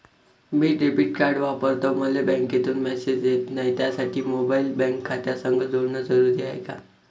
मी debit card वापरतो मले बँकेतून मॅसेज येत नाही, त्यासाठी मोबाईल बँक खात्यासंग जोडनं जरुरी हाय का?